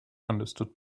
understood